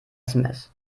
sms